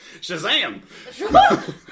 Shazam